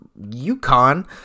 UConn